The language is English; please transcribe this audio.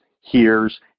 hears